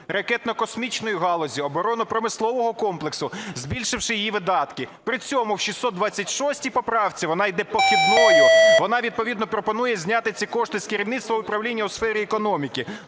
ракетно-космічної галузі, оборонно-промислового комплексу", збільшивши її видатки. При цьому в 626 поправці, вона йде похідною, вона відповідно пропонує зняти ці кошти з керівництва управління у сфері економіки.